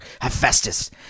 Hephaestus